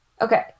Okay